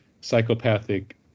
psychopathic